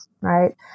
right